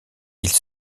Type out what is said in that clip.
ils